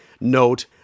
note